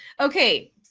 Okay